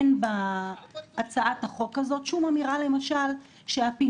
אין בהצעת החוק הזו שום אמירה למשל שהפינוי